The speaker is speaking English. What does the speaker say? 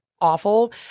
awful